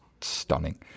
stunning